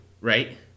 Right